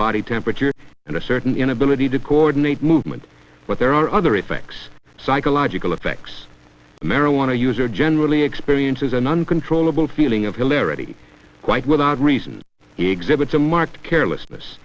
body temperature and a certain inability to coordinate movement but there are other effects psychological effects of marijuana use are generally experience is an uncontrollable feeling of hilarity quite without reason exhibits a marked careless